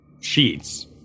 sheets